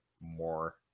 more